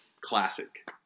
classic